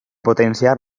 potenciar